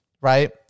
right